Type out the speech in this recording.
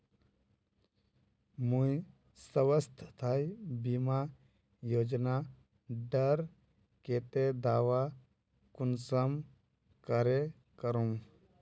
मुई स्वास्थ्य बीमा योजना डार केते दावा कुंसम करे करूम?